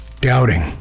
doubting